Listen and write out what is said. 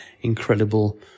incredible